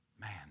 Man